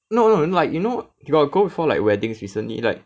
no no like you got go before like weddings recently like